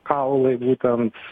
kaulai būtent